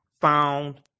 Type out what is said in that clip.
found